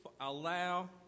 allow